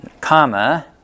comma